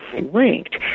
linked